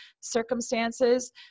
circumstances